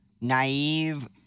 naive